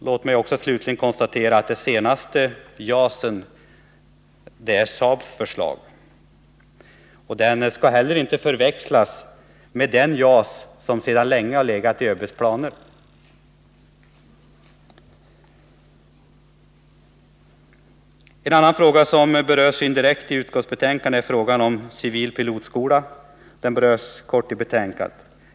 Låt mig också slutligen konstatera att den senaste JAS:en är SAAB:s förslag och inte skall förväxlas med den JAS som sedan länge har legat i ÖB:s planer. Frågan om en civil pilotskola berörs, kortfattat, i betänkandet.